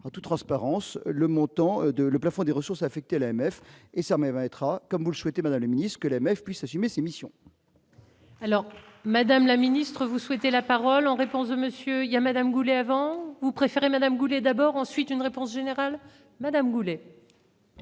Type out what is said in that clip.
en toute transparence, le montant de le plafond des ressources affectées à l'AMF et ça va être comme vous le souhaitez Maddaloni ce que l'AMF puisse assumer ses missions. Alors Madame la Ministre, vous souhaitez la parole en réponse de monsieur, il y a Madame Goulet avant, ou vous préférez madame Boulet, d'abord, ensuite une réponse générale Madame rouler.